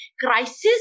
crisis